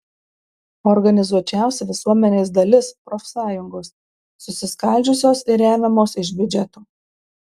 organizuočiausia visuomenės dalis profsąjungos susiskaldžiusios ir remiamos iš biudžeto